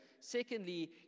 Secondly